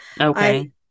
okay